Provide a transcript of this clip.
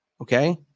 Okay